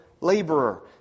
laborer